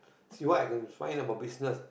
see what I can find about business